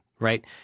Right